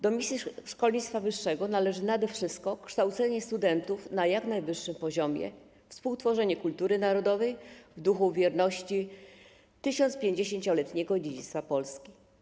Do misji szkolnictwa wyższego należy nade wszystko kształcenie studentów na jak najwyższym poziomie, współtworzenie kultury narodowej w duchu wierności 1050-letniego dziedzictwa Polski.